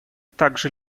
также